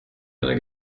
einer